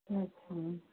अच्छा